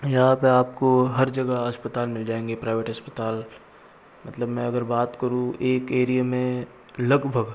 यहाँ पर आपको हर जगह अस्पताल मिल जाएंगे प्राइवेट अस्पताल मतलब मैं अगर बात करूँ एक एरिए में लगभग